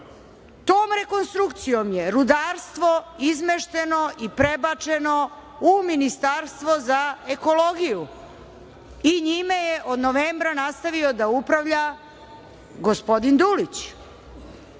Tom rekonstrukcijom je rudarstvo izmešteno i prebačeno u Ministarstvo za ekologiju i njime je od novembra nastavio da upravlja gospodin Dulić.U